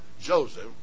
Joseph